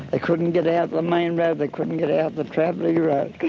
they couldn't get out the main road, they couldn't get out the travelling road.